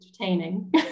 entertaining